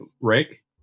Rick